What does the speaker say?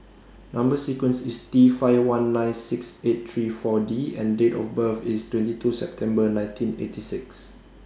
Number sequence IS T five one nine six eight three four D and Date of birth IS twenty two September nineteen eighty six